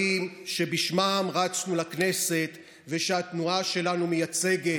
שבשמם רצנו לכנסת ושהתנועה שלנו מייצגת,